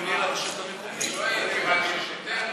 אני שואל כיוון ששוטר,